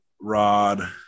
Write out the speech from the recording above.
Rod